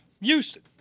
Houston